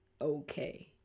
okay